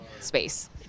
space